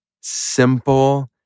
simple